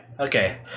Okay